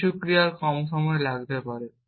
কিছু ক্রিয়ায় কম সময় লাগতে পারে